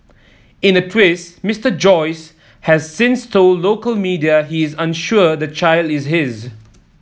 in a twist Mister Joyce has since told local media he is unsure the child is his